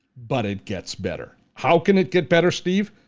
but it gets better. how can it get better, steve?